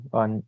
on